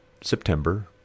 September